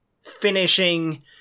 finishing